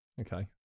okay